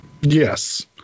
Yes